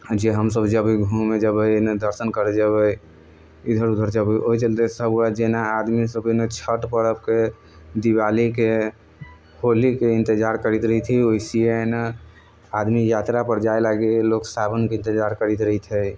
जे हमसभ जेबै घूमय जेबै एने दर्शन करय जेबै इधर उधर जेबै ओहि चलते जेना आदमीसभके न छठि पर्वके दिवालीके होलीके इन्तजार करैत रहितियै वैसियै एने आदमी यात्रापर जाइ लागि लोग सावनके इन्तजार करैत रहैत हइ